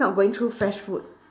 not going through fresh fruit